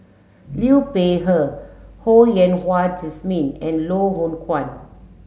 Liu Peihe Ho Yen Wah Jesmine and Loh Hoong Kwan